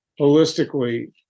holistically